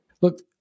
Look